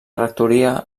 rectoria